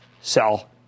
sell